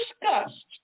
discussed